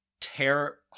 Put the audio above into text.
tear